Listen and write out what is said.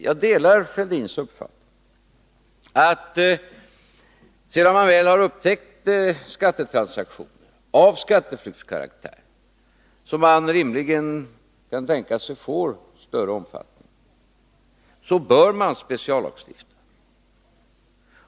Jag delar Thorbjörn Fälldins uppfattning, att sedan man väl har upptäckt skattetransaktioner av skatteflyktskaraktär som man rimligen kan tänka sig får större omfattning, så bör man speciallagstifta.